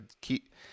keep